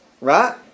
Right